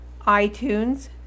iTunes